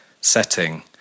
setting